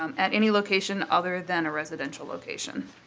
um at any location other than a residential location.